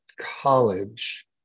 college